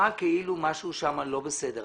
נראה כאילו משהו שם לא בסדר.